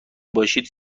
باشید